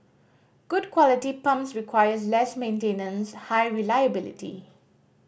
good quality pumps requires less maintenance high reliability